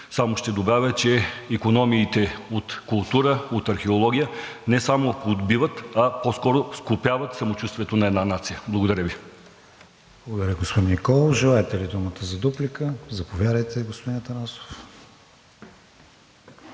само ще добавя, че икономиите от култура, от археология не само подбиват, а по-скоро скопяват самочувствието на една нация. Благодаря Ви. ПРЕДСЕДАТЕЛ КРИСТИАН ВИГЕНИН: Благодаря, господин Николов. Желаете ли думата за дуплика? Заповядайте, господин Атанасов.